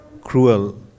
cruel